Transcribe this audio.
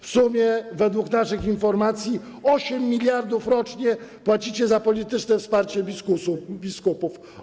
W sumie według naszych informacji 8 mld rocznie płacicie za polityczne wsparcie biskupów.